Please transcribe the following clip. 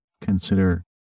consider